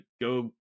go